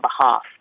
behalf